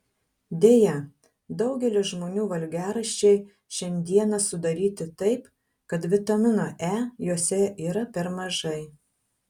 deja daugelio žmonių valgiaraščiai šiandieną sudaryti taip kad vitamino e juose yra per mažai